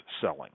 selling